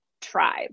tribe